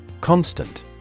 Constant